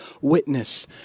witness